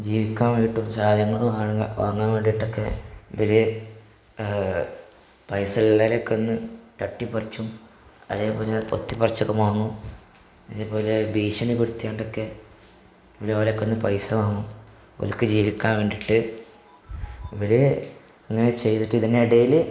ജീവിക്കാൻ വേണ്ടിയിട്ട് ചായങ്ങൾ വാങ്ങാൻ വേണ്ടിയിട്ടൊക്കെ ഇവർ പൈസകളിറക്കുന്നു തട്ടിപ്പറിച്ചും അതേപോലെ പൊത്തിപ്പറിച്ചൊക്കെ വാങ്ങും അതേപോലെ ഭീഷണിപ്പെടുത്തി കൊണ്ടൊക്കെ ഇതുപോലൊക്കെ വന്ന് പൈസ വാങ്ങും ഓർക്ക് ജീവിക്കാൻ വേണ്ടിയിട്ട് ഇവർ ഇങ്ങനെ ചെയ്തിട്ട് ഇതിനിടയിൽ